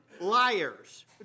Liars